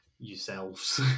yourselves